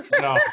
No